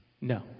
No